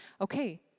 Okay